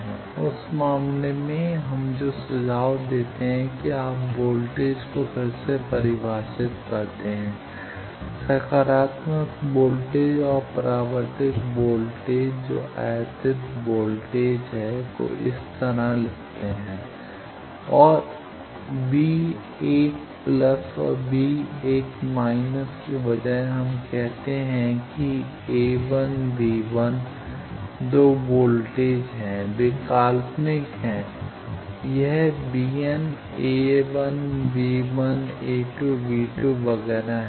slide का समय देखें 2235 उस मामले में हम जो सुझाव देते हैं कि आप वोल्टेज को फिर से परिभाषित करते हैं सकारात्मक वोल्टेज और परावर्तित वोल्टेज जो आयातित वोल्टेज है और के बजाय हम कहते हैं कि a1 b1 दो वोल्टेज हैं वे काल्पनिक हैं यह bn a1 b1 a2 b2 वगैरह हैं